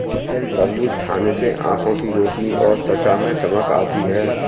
तरबूज खाने से आंखों की रोशनी और त्वचा में चमक आती है